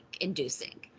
inducing